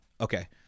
Okay